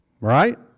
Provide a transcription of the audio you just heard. Right